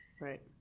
Right